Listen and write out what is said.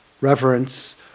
reverence